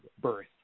birth